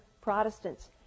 Protestants